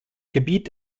gebiet